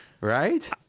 Right